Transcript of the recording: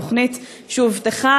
התוכנית שהובטחה,